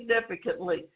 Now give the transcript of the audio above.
significantly